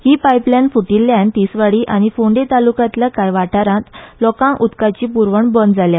ही पायपलायन फूटिल्ल्यान तिसवाडी आनी फोंडें तालुक्यांतल्या कांय वाठारांत लोकांक उदकाची प्रवण बंद जाल्या